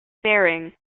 sparring